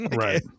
right